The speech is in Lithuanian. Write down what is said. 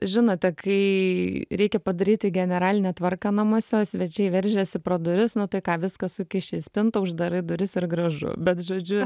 žinote kai reikia padaryti generalinę tvarką namuose o svečiai veržiasi pro duris nu tai ką viską sukiši į spintą uždarai duris ir gražu bet žodžiu